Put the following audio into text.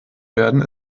werden